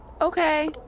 Okay